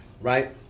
right